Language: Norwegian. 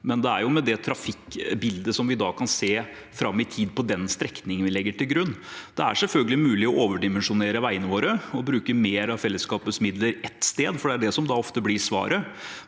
men det er jo med det trafikkbildet vi kan se fram i tid på den strekningen, det er det vi legger til grunn. Det er selvfølgelig mulig å overdimensjonere veiene våre og bruke mer av fellesskapets midler ett sted, for det er det som ofte blir svaret.